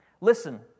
Listen